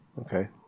Okay